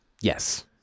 yes